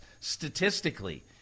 statistically